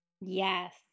Yes